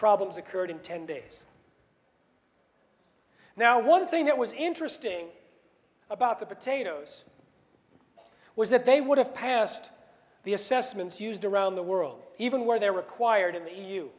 problems occurred in ten days now one thing that was interesting about the potatoes was that they would have passed the assessments used around the world even where they're required in the